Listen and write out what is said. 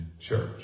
church